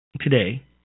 today